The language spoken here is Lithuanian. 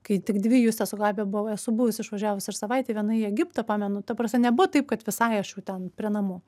kai tik dvi justė su gabija buvo esu buvus išvažiavus ir savaitei viena į egiptą pamenu ta prasme nebuvo taip kad visai aš jau ten prie namų